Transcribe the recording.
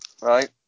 Right